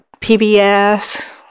PBS